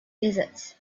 lizards